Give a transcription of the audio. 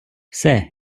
все